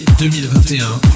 2021